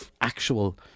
actual